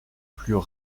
plus